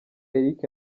eric